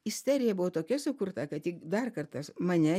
isterija buvo tokia sukurta kad tik dar kartą mane